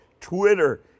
Twitter